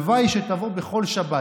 הלוואי שתבוא בכל שבת.